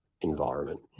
environment